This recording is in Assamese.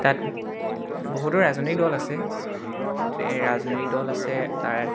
তাত বহুতো ৰাজনৈতিক দল আছে ৰাজনৈতিক দল আছে তাৰ